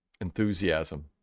enthusiasm